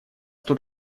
тут